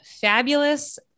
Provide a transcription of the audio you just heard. fabulous